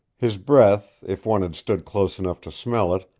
his breath, if one had stood close enough to smell it,